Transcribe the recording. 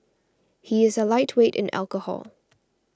he is a lightweight in alcohol